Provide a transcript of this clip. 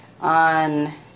on